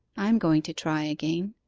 i am going to try again.